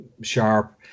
sharp